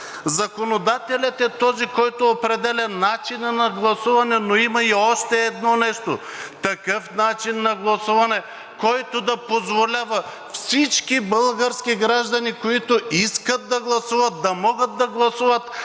законодателят е този, който определя начина на гласуване. Но има и още едно нещо – такъв начин на гласуване, който да позволява всички български граждани, които искат да гласуват, да могат да гласуват,